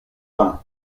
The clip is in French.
vint